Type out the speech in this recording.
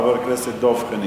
חבר הכנסת דב חנין.